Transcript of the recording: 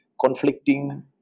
conflicting